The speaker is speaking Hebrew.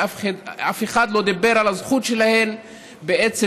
ואף אחד לא דיבר על הזכות שלהן לחיים,